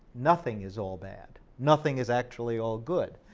nothing is all bad, nothing is actually all good,